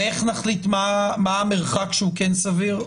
ואיך נחליט מה המרחק שהוא כן סביר?